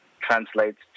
translates